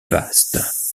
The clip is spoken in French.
vastes